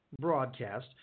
broadcast